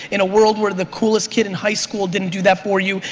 in a world where the coolest kid in high school didn't do that for you,